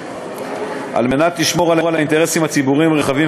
על מנת לשמור על אינטרסים ציבוריים רחבים